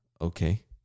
Okay